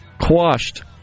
quashed